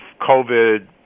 covid